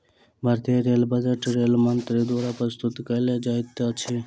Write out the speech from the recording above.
भारतीय rail budget rail मंत्री द्वारा प्रस्तुत कयल जाइत अछि